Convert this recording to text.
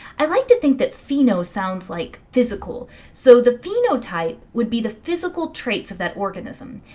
i like to think that pheno sounds like physical so the phenotype would be the physical traits of that organism.